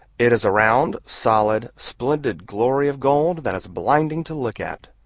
it is a round, solid, splendid glory of gold, that is blinding to look at.